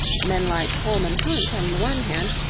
men like holman hunt, on the one hand,